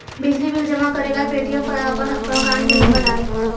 बिजली बिल जमा करेला पेटीएम पर आपन मकान के नम्बर डाल